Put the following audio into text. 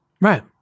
Right